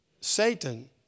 Satan